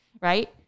right